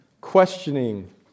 questioning